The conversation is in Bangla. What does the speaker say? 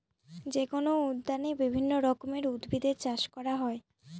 যেকোনো উদ্যানে বিভিন্ন রকমের উদ্ভিদের চাষ করা হয়